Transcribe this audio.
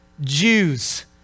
Jews